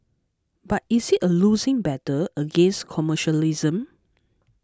but is it a losing battle against commercialism